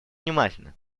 внимательно